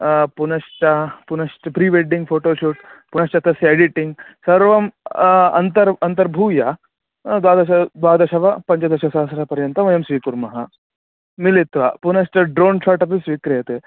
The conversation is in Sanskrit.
पुनश्च पुनश्च प्रीवेड्डिङ्ग् फ़ोटो शूट् पुनश्च तस्य एडिटिङ्ग् सर्वं अन्तर् अन्तर्भूय द्वादश द्वादश वा पञ्चदशसहस्रपर्यन्तं वयं स्वीकुर्मः मिलित्वा पुनश्च ड्रोण् शाट् अपि स्वीक्रियते